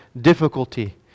difficulty